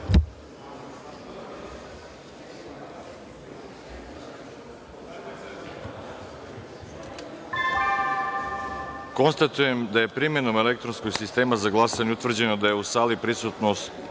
glasanje. Konstatujem da je primenom elektronskog sistema za glasanje utvrđeno da je u sali prisutno